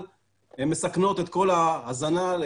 היא התחילה מ-20%,